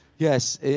Yes